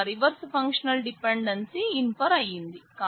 ఇక్కడ reverse functional dependency infer అయింది